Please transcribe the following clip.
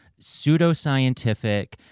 pseudoscientific